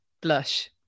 Blush